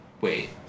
Wait